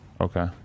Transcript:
Okay